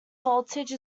voltage